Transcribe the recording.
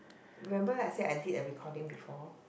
remember I said I did a recording before